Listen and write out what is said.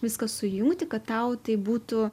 viską sujungti kad tau tai būtų